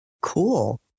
Cool